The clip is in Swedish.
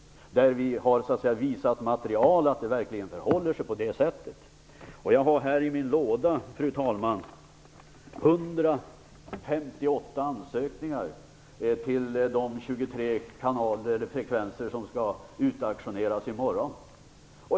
Där har vi sett material som visar att det verkligen förhåller sig på det sättet. Fru talman! Här i min låda har jag 158 ansökningar till de 23 frekvenser som skall utauktioneras i morgon.